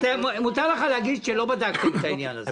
מותר לך להגיד שלא בדקתם את העניין הזה.